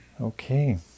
Okay